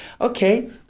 okay